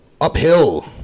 Uphill